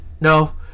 No